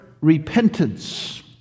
repentance